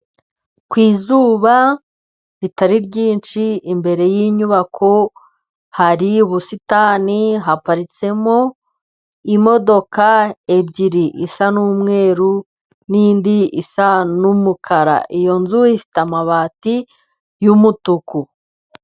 Ku izuba ritari ryinshi imbere y'inyubako ,hari ubusitani haparitsemo imodoka ebyiri isa n'umweru, nindi isa n'umukara iyo nzu ifite amabati y'umutuku.